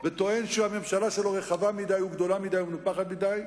וטוען שהממשלה שלו רחבה מדי וגדולה מדי ומנופחת מדי,